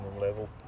level